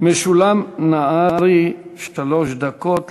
משולם נהרי, שלוש דקות לרשותך.